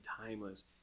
timeless